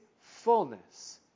fullness